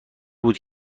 بود